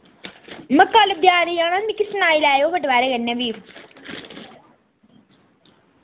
मैं कल बजारे आना मिकी सनाई लैयो वा दपैह्रे कन्नै फ्ही